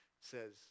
says